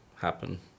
happen